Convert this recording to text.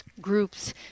groups